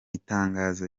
itangazo